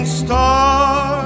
star